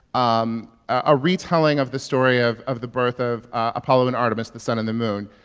um a retelling of the story of of the birth of apollo and artemis, the sun and the moon.